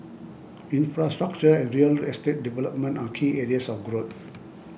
infrastructure and real estate development are key areas of growth